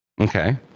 okay